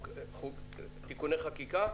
תיקוני חקיקה,